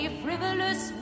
frivolous